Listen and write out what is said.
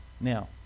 Now